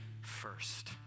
first